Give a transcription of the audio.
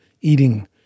eating